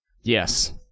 Yes